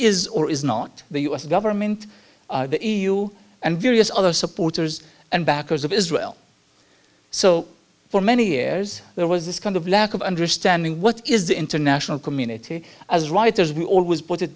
is or is not the u s government the e u and various other supporters and backers of israel so for many years there was this kind of lack of understanding what is the international community as writers we always put it